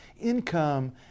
income